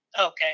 Okay